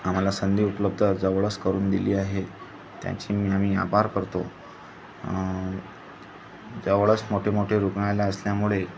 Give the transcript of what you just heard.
आम्हाला संधी उपलब्ध जवळच करून दिली आहे त्याची मी आम्ही आभार करतो जवळच मोठे मोठे रुग्णालय असल्यामुळे